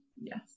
Yes